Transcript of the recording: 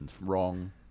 Wrong